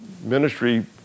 ministry